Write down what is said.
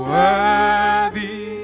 Worthy